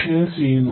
0 ചെയ്യുന്നു